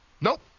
Nope